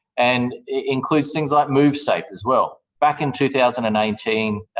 and it includes things like move safe as well. back in two thousand and eighteen,